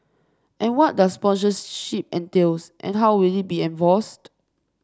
and what does entail and how will it be enforced